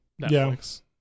Netflix